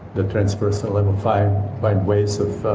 the transpersonal level. find find ways of